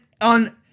on